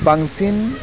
बांसिन